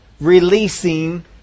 releasing